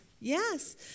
Yes